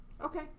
okay